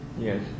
Yes